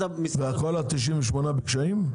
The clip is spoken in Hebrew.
וכל 98 המחלבות בקשיים?